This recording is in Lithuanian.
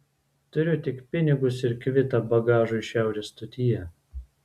turiu tik pinigus ir kvitą bagažui šiaurės stotyje